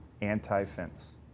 anti-fence